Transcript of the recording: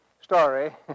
story